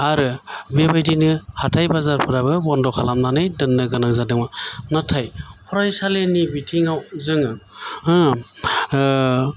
आरो बेबादिनो हाथाइ बाजारफोराबो बन्द' खालामनानै दोननो गोनां जादोंमोन नाथाय फरायसालिनि बिथिङाव जोङो हो